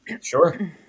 Sure